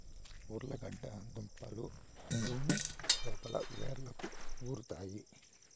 ఉర్లగడ్డ దుంపలు భూమి లోపల వ్రేళ్లకు ఉరుతాయి